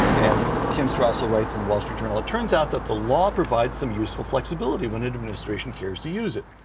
and kim strassel writes in the wall street journal, it turns out that the law provides some useful flexibility when an administration cares to use it.